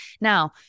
Now